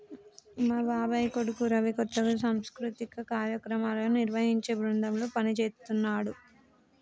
మా బాబాయ్ కొడుకు రవి కొత్తగా సాంస్కృతిక కార్యక్రమాలను నిర్వహించే బృందంలో పనిజేత్తన్నాడు